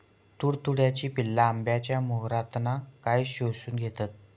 तुडतुड्याची पिल्ला आंब्याच्या मोहरातना काय शोशून घेतत?